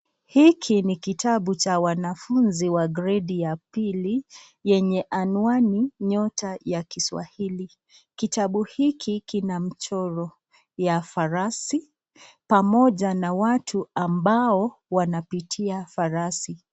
Hiki ni kitabu cha wanafunzi wa gredi ya pili yenye anwani Nyota ya Kiswahili. Kitabu hiki kina mchoro ya farasi pamoja na watu ambao wanapitia farasi.